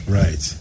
right